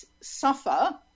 suffer